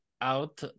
out